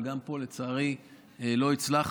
אבל גם פה לצערי לא הצלחנו,